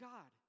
God